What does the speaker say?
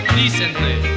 decently